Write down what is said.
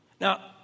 Now